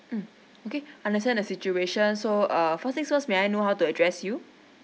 mm okay understand the situation so uh first thing first may I know how to address you